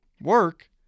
Work